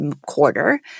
quarter